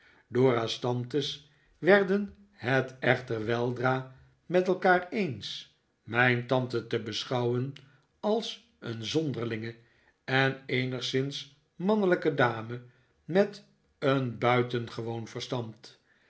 dora's tantes werden het echter weldra met elkaar eens mijn tante te beschouwen als een zonderlinge en eenigszins mannelijke dame met een buitengewoon verstand